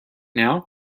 now